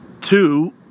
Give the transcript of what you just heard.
two